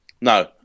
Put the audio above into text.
no